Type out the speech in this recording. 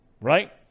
Right